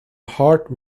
heart